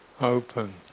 open